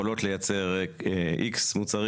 אבל יש חקיקה מתחום המזון שמגבילה אותו